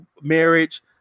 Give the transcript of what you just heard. marriage